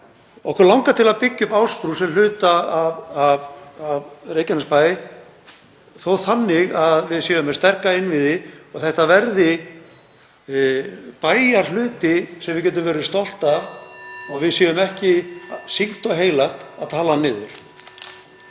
okkur langar til að byggja upp Ásbrú sem hluta af Reykjanesbæ en þó þannig að við séum með sterka innviði og þetta verði bæjarhluti sem við getum verið stolt af og séum ekki sýknt og heilagt að tala niður.